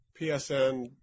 PSN